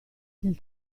del